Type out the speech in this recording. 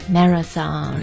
Marathon